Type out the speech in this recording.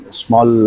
small